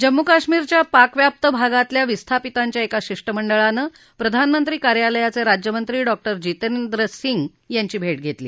जम्मू कश्मीरच्या पाकव्याप्त भागातल्या विस्थापितांच्या एका शिष्टमंडळानं प्रधानमंत्री कार्यालयाचे राज्यमंत्री डॉक्टर जितेंद्र सिंग यांची भेट घेतली